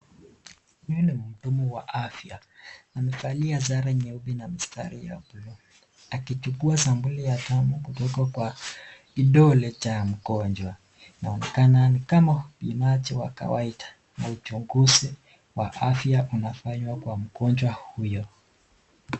Huyu ni mudumu wa afya amevalia sare nyeupe na mstari wa blue , akichukua sampuli ya damu kutoka kwa kidole cha mgonjwa. Anaonekana ni kama pima cha kawaida na uchunguzi wa afya unafanywa kwa mgonjwa huyo.